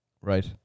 Right